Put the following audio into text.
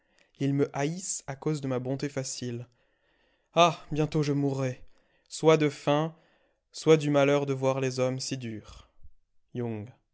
ils me haïssent à cause de ma bonté facile ah bientôt je mourrai soit de faim soit du malheur de voir les hommes si durs young